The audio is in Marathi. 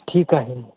ठीक आहे